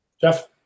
Jeff